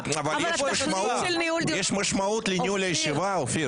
יש משמעות לניהול הישיבה, אופיר.